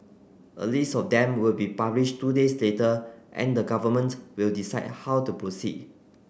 a list of them will be published two days later and the government will decide how to proceed